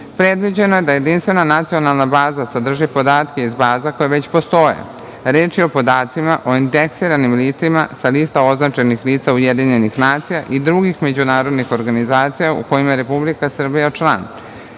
ažuriranje. Predviđeno je da jedinstvena nacionalna baza sadrži podatke iz baza koje već postoje. Reč je o podacima o indeksiranim licima sa lista označenih lica UN i drugih međunarodnih organizacija u kojima je Republika Srbija član.